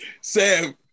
Sam